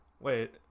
Wait